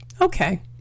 okay